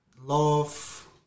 love